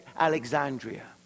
Alexandria